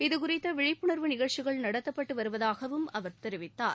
இது குறித்த விழிப்புணர்வு நிகழ்ச்சிகள் நடத்தப்பட்டு வருவதாகவும் அவர் தெரிவித்தார்